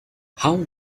how